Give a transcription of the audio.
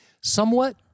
Somewhat